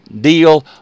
deal